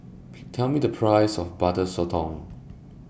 Tell Me The priceS of Butter Sotong